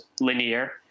linear